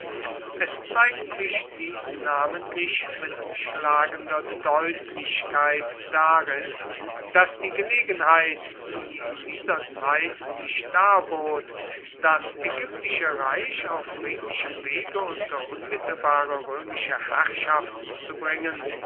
es zeigt sich dies namentlich mit schlagender deutlichkeit darin daß die gelegenheit die in dieser zeit sich darbot das ägyptische reich auf friedlichem wege unter unmittelbare römische herrschaft zu bringen